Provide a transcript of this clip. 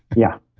yeah,